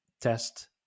test